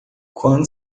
quando